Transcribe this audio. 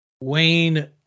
Wayne